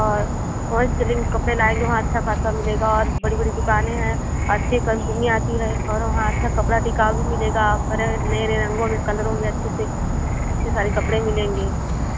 और ओर सिलिंग कपड़े लाएँगे वहाँ अच्छा ख़ासा मिलेगा और बड़ी बड़ी दुकानें हैं अच्छी कम्पिनी आती हैं वहाँ अच्छा कपड़ा टिकाऊ भी मिलेगा और कलर मेरे रंगों में कलरों में अच्छी सी अच्छे सारे कपड़े मिलेंगे